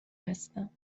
هستم